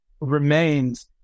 remains